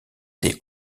des